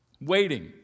waiting